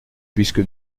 puisque